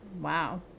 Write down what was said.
Wow